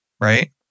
right